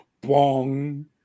Bong